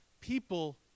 people